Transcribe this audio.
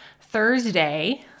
Thursday